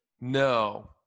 No